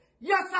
yes